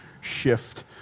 shift